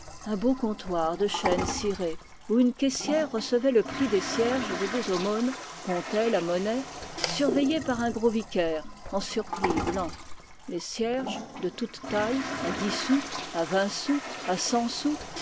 un beau comptoir de chêne ciré où une caissière recevait le prix des cierges et des aumônes comptait la monnaie surveillée par un gros vicaire en surplis blanc les cierges de toute taille à dix sous à vingt sous à